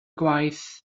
gwaith